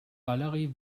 valerie